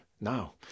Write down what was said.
now